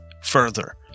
further